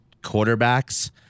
quarterbacks